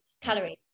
calories